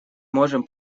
можем